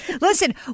Listen